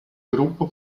gruppo